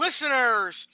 Listeners